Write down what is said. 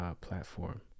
platform